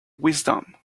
wisdom